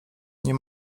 nie